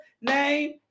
name